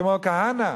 כמו כהנא?